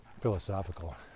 Philosophical